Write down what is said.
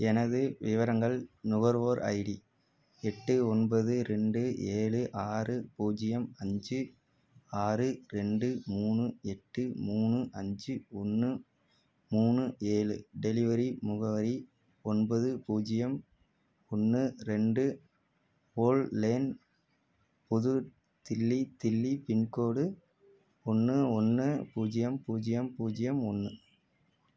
எனது விவரங்கள் நுகர்வோர் ஐடி எட்டு ஒன்பது ரெண்டு ஏழு ஆறு பூஜ்ஜியம் அஞ்சு ஆறு ரெண்டு மூணு எட்டு மூணு அஞ்சு ஒன்று மூணு ஏழு டெலிவரி முகவரி ஒன்பது பூஜ்ஜியம் ஒன்று ரெண்டு ஓல் லேன் புது தில்லி தில்லி பின்கோடு ஒன்று ஒன்று பூஜ்ஜியம் பூஜ்ஜியம் பூஜ்ஜியம் ஒன்று